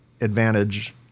advantage